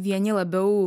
vieni labiau